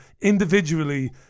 individually